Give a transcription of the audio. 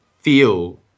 feel